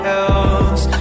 else